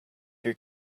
your